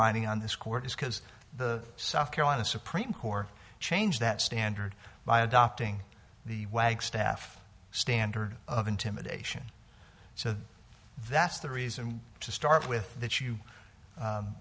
binding on this court is because the south carolina supreme court changed that standard by adopting the wagstaff standard of intimidation so that's the reason to start with that you